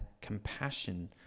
compassion